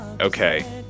Okay